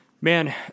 man